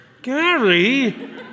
Gary